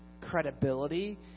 credibility